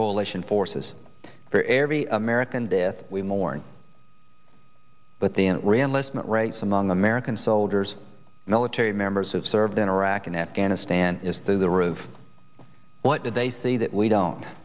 coalition forces for every american death we mourn but the reenlistment rates among american soldiers military members have served in iraq and afghanistan is through the roof what did they see that we don't